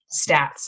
stats